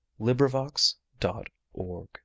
LibriVox.org